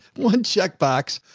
one check box,